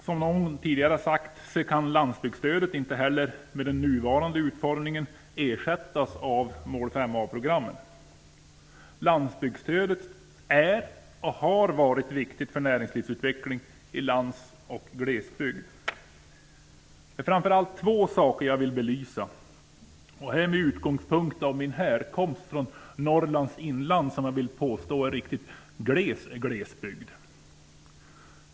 Som någon tidigare har sagt kan landsbygdsstödet inte heller med den nuvarande utformningen ersättas av Mål 5a-programmen. Landsbygdsstödet är och har varit viktigt för näringslivsutveckling i lands och glesbygd. Det är framför allt två saker jag vill belysa med utgångspunkt i min härkomst från Norrlands inland, som jag vill påstå är riktigt gles glesbygd.